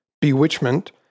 bewitchment